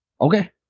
Okay